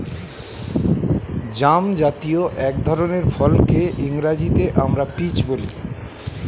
জামজাতীয় এক ধরনের ফলকে ইংরেজিতে আমরা পিচ বলি